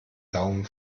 daumen